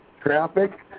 traffic